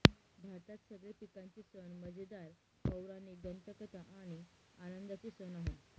भारतात सगळे पिकांचे सण मजेदार, पौराणिक दंतकथा आणि आनंदाचे सण आहे